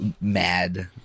mad